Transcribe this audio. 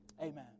amen